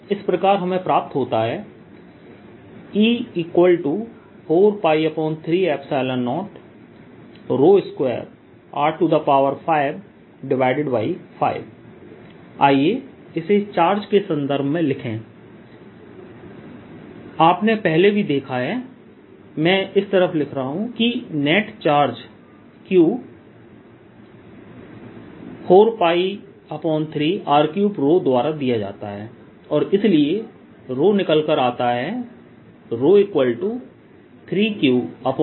इस प्रकार हमें प्राप्त होता है E4π302R55 आइए इसे चार्ज के संदर्भ में लिखें आपने पहले भी देखा है मैं इस तरफ लिख रहा हूं कि नेट चार्ज Q 4π3R3 द्वारा दिया जाता हैऔर इसलिए रो निकल कर आता है 3Q4R3